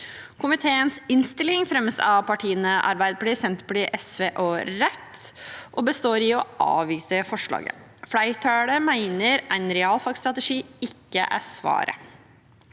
Komiteens innstilling fremmes av Arbeiderpartiet, Senterpartiet, SV og Rødt – og består i å avvise forslaget. Flertallet mener en realfagsstrategi ikke er svaret.